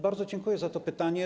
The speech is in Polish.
Bardzo dziękuję za to pytanie.